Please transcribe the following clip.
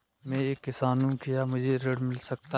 मैं एक किसान हूँ क्या मुझे ऋण मिल सकता है?